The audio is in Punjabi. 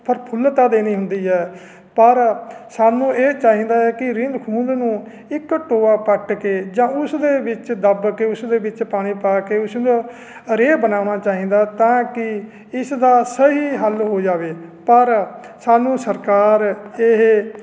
ਪ੍ਰਫੁੱਲਤਾ ਦੇਣੀ ਹੁੰਦੀ ਹੈ ਪਰ ਸਾਨੂੰ ਇਹ ਚਾਹੀਦਾ ਹੈ ਕਿ ਰਹਿੰਦ ਖੂੰਹਦ ਨੂੰ ਇੱਕ ਟੋਆ ਪੱਟ ਕੇ ਜਾਂ ਉਸ ਦੇ ਵਿੱਚ ਦੱਬ ਕੇ ਉਸਦੇ ਵਿੱਚ ਪਾਣੀ ਪਾ ਕੇ ਉਸਦਾ ਰੇਹ ਬਣਾਉਣਾ ਚਾਹੀਦਾ ਤਾਂ ਕਿ ਇਸ ਦਾ ਸਹੀ ਹੱਲ ਹੋ ਜਾਵੇ ਪਰ ਸਾਨੂੰ ਸਰਕਾਰ ਇਹ